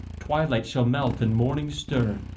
twilight shall melt and morning stir,